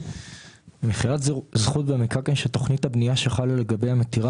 במכירת זכות במקרקעין שתוכנית הבנייה שחלה לגביה מתירה